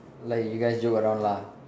like you guys joke around lah